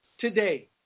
Today